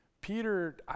Peter